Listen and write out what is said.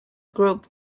group